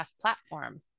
platform